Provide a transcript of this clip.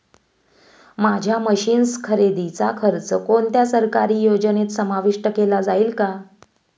माझ्या मशीन्स खरेदीचा खर्च कोणत्या सरकारी योजनेत समाविष्ट केला जाईल का?